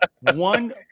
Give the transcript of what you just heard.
one